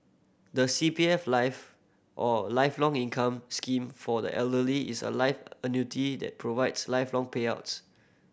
the C P F Life or Lifelong Income Scheme for the Elderly is a life annuity that provides lifelong payouts